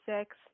six